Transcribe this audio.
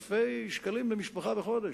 אלפי שקלים למשפחה בחודש.